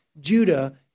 Judah